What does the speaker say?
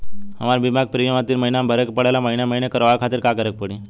हमार बीमा के प्रीमियम हर तीन महिना में भरे के पड़ेला महीने महीने करवाए खातिर का करे के पड़ी?